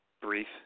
brief